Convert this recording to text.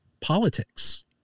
politics